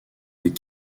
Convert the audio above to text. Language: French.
des